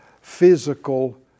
physical